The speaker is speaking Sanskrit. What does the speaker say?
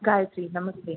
गायत्री नमस्ते